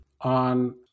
on